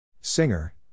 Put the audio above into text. Singer